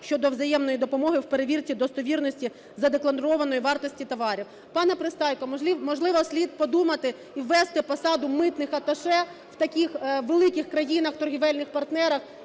щодо взаємної допомоги в перевірці достовірності задекларованої вартості товарів. Пане Пристайко, можливо, слід подумати і ввести посаду митних аташе в таких великих країнах - торгівельних партнерах